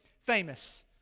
famous